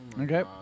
Okay